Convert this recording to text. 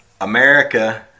America